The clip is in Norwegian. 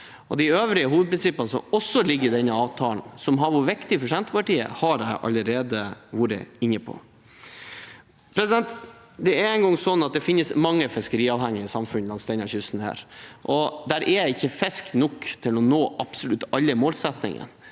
De øvrige hovedprinsippene som også ligger i denne avtalen, som har vært viktige for Senterpartiet, har jeg allerede vært inne på. Det er en gang slik at det finnes mange fiskeriavhengige samfunn langs denne kysten. Det er ikke fisk nok til å nå absolutt alle målsettinger